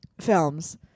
films